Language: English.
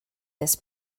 this